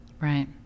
Right